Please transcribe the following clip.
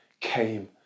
came